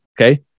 Okay